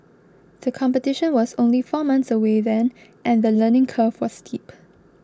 the competition was only four months away then and the learning curve was steep